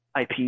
IP